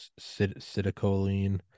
Citicoline